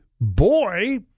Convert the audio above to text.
boy